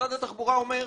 משרד התחבורה אומר,